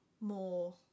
more